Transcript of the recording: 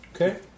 Okay